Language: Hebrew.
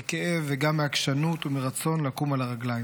מכאב וגם מעקשנות ומרצון לקום על הרגליים.